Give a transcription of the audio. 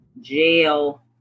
Jail